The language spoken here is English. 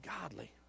godly